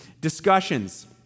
discussions